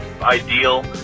ideal